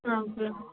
problem